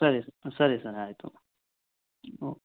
ಸರಿ ಸರಿ ಸರ್ ಆಯಿತು ಒ